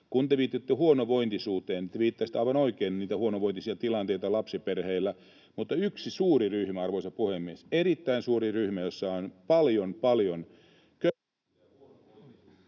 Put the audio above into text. Kun te viittasitte huonovointisuuteen, te viittasitte aivan oikein, niitä huonovointisia tilanteita on lapsiperheillä. Mutta yksi suuri ryhmä, arvoisa puhemies, erittäin suuri ryhmä, jossa on paljon, paljon köyhyyttä ja huonovointisuutta,